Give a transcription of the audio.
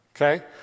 okay